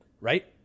Right